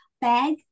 bag